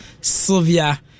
Sylvia